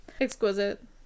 exquisite